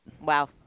Wow